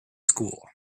school